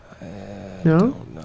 No